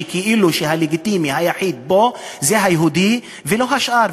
שכאילו הלגיטימי היחיד פה זה היהודי ולא השאר,